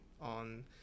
on